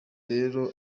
rero